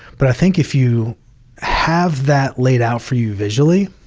but i think if you have that laid out for you visually